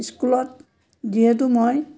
স্কুলত যিহেতু মই